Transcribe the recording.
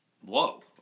Whoa